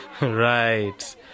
Right